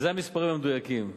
ואלה המספרים המדויקים.